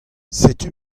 setu